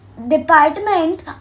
Department